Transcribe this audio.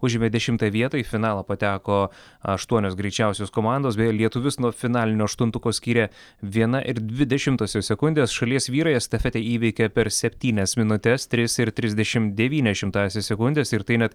užėmė dešimtą vietą į finalą pateko aštuonios greičiausios komandos beje lietuvius nuo finalinio aštuntuko skyrė viena ir dvi dešimtosios sekundės šalies vyrai estafetę įveikė per septynias minutes tris ir trisdešim devynias šimtąsias sekundės ir tai net